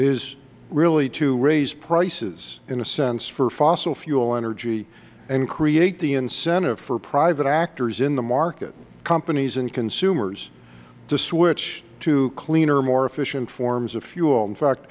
is really to raise prices in a sense for fossil fuel energy and create the incentive for private actors in the market companies and consumers to switch to cleaner more efficient forms of fuel in fact